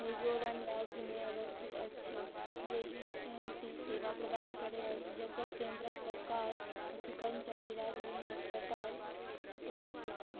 मिजोरम राज्यमे अवस्थित अछि जे ई एन टी सेवा प्रदान करै अछि जकर केंद्रके प्रकार अछि कर्मचारी राज्य बीमा अस्पताल तकर सूची